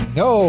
no